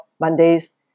Mondays